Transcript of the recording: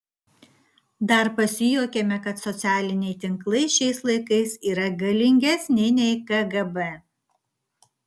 dar pasijuokėme kad socialiniai tinklai šiais laikais yra galingesni nei kgb